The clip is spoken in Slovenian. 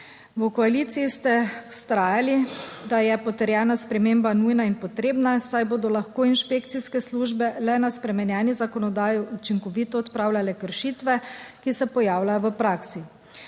V koaliciji ste vztrajali, da je potrjena sprememba nujna in potrebna, saj bodo lahko inšpekcijske službe le na spremenjeni zakonodaji učinkovito odpravljale kršitve, ki se pojavljajo v praksi.